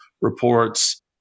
reports